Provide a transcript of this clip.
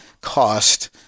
cost